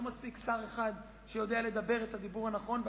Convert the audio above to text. לא מספיק שר אחד שיודע לדבר את הדיבור הנכון,